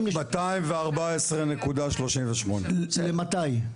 214.38. מתי?